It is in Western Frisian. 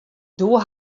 doe